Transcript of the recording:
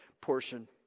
portion